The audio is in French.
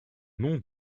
monts